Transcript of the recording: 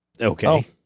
Okay